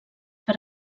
per